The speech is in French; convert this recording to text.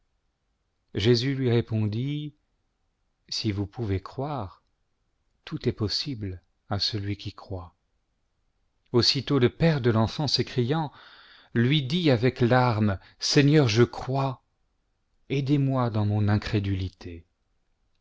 jésus lui répondit si vous pouvez croire tout est possible à celui qui croit aussitôt le père de l'enfant s'écriant lui dit avec larmes seigneur je crois aidezmoi dans mon incrédulité